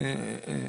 אוקיי?